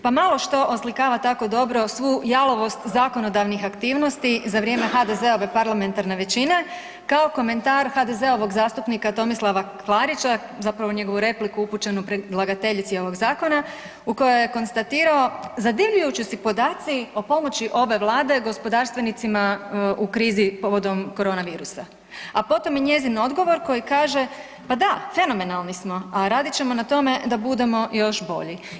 Pa malo što oslikava tako dobro svu jalovost zakonodavnih aktivnosti za vrijeme HDZ-ove parlamentarne većine kao komentar HDZ-ovog zastupnika Tomislava Klarića, zapravo njegovu repliku upućenu predlagateljici ovog zakona, u kojoj je konstatirao zadivljujući su podaci o pomoći ove Vlade gospodarstvenicima u krizi povodom koronavirusa, a potom i njezin odgovor koji kaže, pa da fenomenalni smo, a radit ćemo na tome da budemo još bolji.